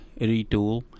retool